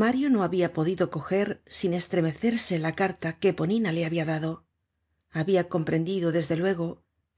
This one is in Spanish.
mario no habia podido coger sin estremecerse la carta qué eponina le habia dado habia comprendido desde luego